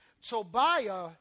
Tobiah